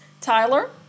Tyler